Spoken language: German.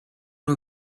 nur